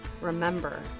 Remember